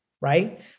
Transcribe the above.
right